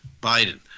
Biden